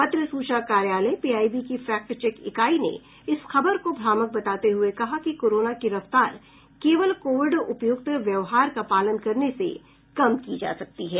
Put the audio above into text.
पत्र सूचना कार्यालय पीआईबी की फैक्ट चेक इकाई ने इस खबर को भ्रामक बताते हुए कहा है कि कोरोना की रफ्तार केवल कोविड उपयुक्त व्यवहार का पालन करने से कम की जा सकती है